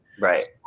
right